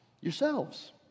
yourselves